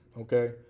okay